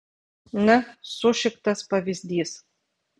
na sušiktas pavyzdys